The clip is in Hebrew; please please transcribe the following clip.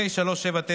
אושרה בקריאה